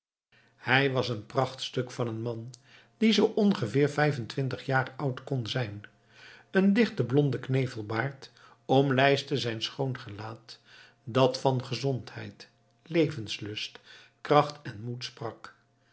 hij was een prachtstuk van een man die zoo ongeveer vijfentwintig jaar oud kon zijn een dichte blonde knevelbaard omlijstte zijn schoon gelaat dat van gezondheid levenslust kracht en moed sprak